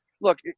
look